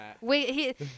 Wait